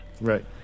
right